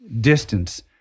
distance